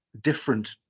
different